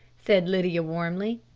said lydia warmly.